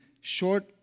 short